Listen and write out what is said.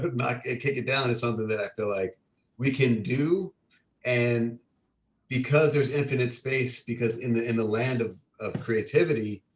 but knock it kick it down, it's something that i feel like we can do and because there's infinite space, because in the in the land of of creativity,